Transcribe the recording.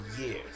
years